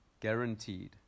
guaranteed